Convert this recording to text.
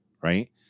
right